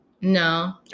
No